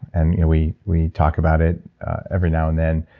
and we we talk about it every now and then,